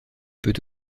peut